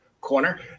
corner